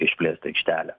išplėstą aikštelę